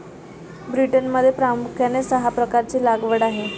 ब्रिटनमध्ये प्रामुख्याने सहा प्रकारची लागवड आहे